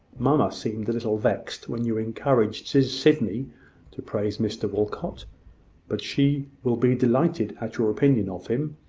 mamma seemed a little vexed when you encouraged sydney to praise mr walcot but she will be delighted at your opinion of him,